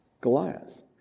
Goliath